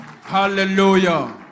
hallelujah